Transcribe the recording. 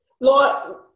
Lord